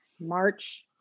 March